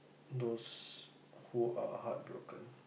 those who are heartbroken